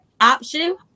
option